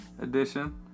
edition